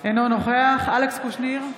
אינו נוכח אלכס קושניר,